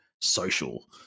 social